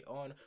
on